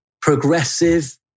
progressive